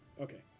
Okay